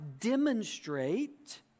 demonstrate